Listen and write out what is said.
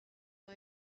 vad